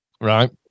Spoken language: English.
Right